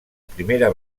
primera